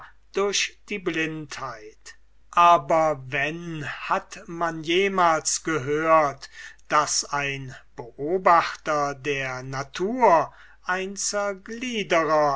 durch die blindheit aber wenn hat man jemals gehört daß ein beobachter der natur ein